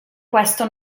questo